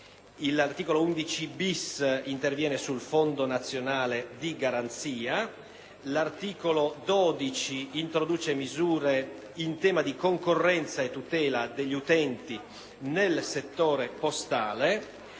L'articolo 11-*bis* interviene sul Fondo nazionale di garanzia. L'articolo 12 introduce misure in tema di concorrenza e tutela degli utenti nel settore postale.